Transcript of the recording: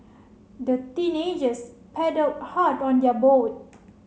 the teenagers paddled hard on their boat